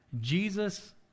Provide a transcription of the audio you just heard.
Jesus